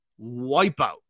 wipeout